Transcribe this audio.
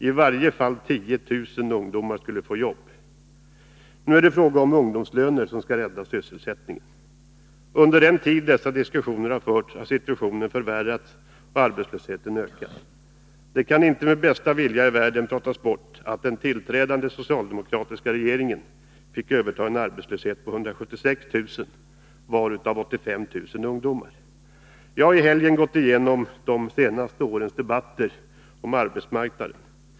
I varje fall 10 000 ungdomar skulle få jobb, sades det också. Nu är det ungdomslöner som skall rädda sysselsättningen. Under den tid dessa diskussioner har förts har situationen förvärrats och arbetslösheten ökat. Det kan inte med bästa vilja i världen pratas bort att den tillträdande socialdemokratiska regeringen fick överta en arbetslöshet på 176 000, varav 85 000 ungdomar. Jag har i helgen gått igenom de senaste årens debatter om arbetsmarknaden.